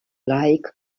lake